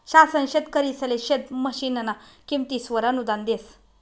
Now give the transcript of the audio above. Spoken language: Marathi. शासन शेतकरिसले शेत मशीनना किमतीसवर अनुदान देस